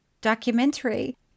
documentary